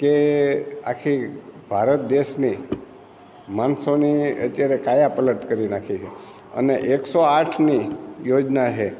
કે આખી ભારત દેશની માણસોની અત્યારે કાયાપલટ કરી નાખી છે અને એકસો આઠની યોજના છે